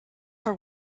her